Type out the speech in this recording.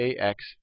Ax